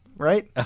right